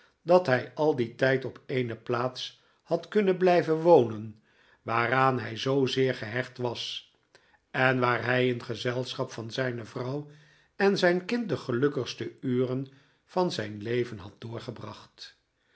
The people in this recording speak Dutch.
dat hij al dien tijd op eene plaats had kunnen blijven wonen waaraan hij zoozeer gehecht was en waar hij in gezelschap van zijne vrouw en zijn kind de gelukkigste uren van zijn leven had doorgebracht